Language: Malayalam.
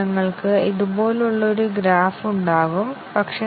ഞാൻ ആവർത്തിക്കട്ടെ